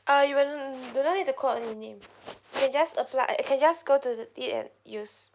uh you will do not need to call a name you can just apply uh you can just go to the it and use